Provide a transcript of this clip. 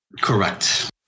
Correct